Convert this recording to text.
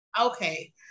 Okay